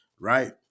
right